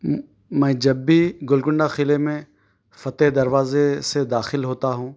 میں جب بھی گولکنڈہ قلعے میں فتح دروازے سے داخل ہوتا ہوں